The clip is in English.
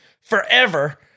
forever